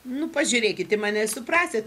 nu pažiūrėkit į mane i suprasit